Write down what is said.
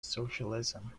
socialism